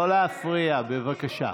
לא להפריע, בבקשה.